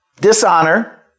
dishonor